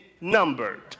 numbered